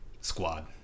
squad